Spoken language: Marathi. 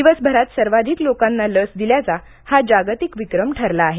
दिवसभरात सर्वाधिक लोकांना लस दिल्याचा हा जागतिक विक्रम ठरला आहे